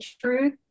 truth